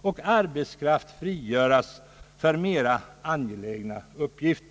och arbetskraft frigöras för mera angelägna uppgifter.